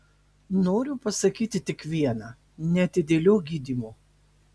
noriu pasakyti tik viena neatidėliok gydymo